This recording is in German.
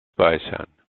speichern